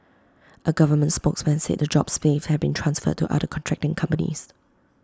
A government spokesman said the jobs saved had been transferred to other contracting companies